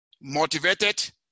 motivated